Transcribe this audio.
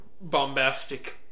bombastic